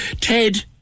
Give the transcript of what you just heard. Ted